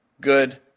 good